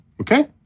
okay